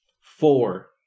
Four